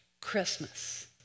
Christmas